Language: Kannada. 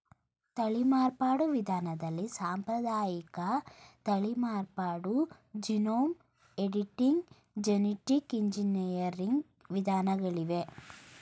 ತಳಿ ಮಾರ್ಪಾಡು ವಿಧಾನದಲ್ಲಿ ಸಾಂಪ್ರದಾಯಿಕ ತಳಿ ಮಾರ್ಪಾಡು, ಜೀನೋಮ್ ಎಡಿಟಿಂಗ್, ಜೆನಿಟಿಕ್ ಎಂಜಿನಿಯರಿಂಗ್ ವಿಧಾನಗಳಿವೆ